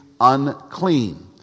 unclean